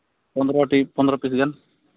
ᱯᱚᱸᱫᱽᱨᱚ ᱴᱤ ᱯᱚᱸᱫᱽᱨᱚ ᱯᱤᱥ ᱜᱟᱱ